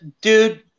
dude